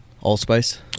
Allspice